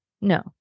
No